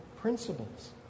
principles